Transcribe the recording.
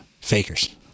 Fakers